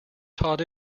taught